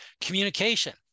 Communication